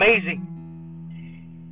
amazing